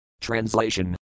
TRANSLATION